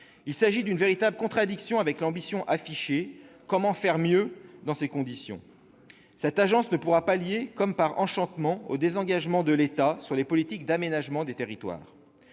Il s'agit d'une véritable contradiction avec l'ambition affichée : comment faire mieux dans ces conditions ? Cette agence ne pourra pallier, comme par enchantement, le désengagement de l'État en matière de politiques d'aménagement des territoires.